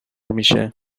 میشه